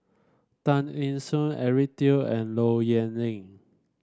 Tan Eng Soon Eric Teo and Low Yen Ling